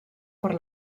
per